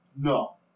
No